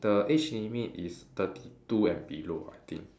the age limit is thirty two and below I think